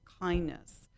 kindness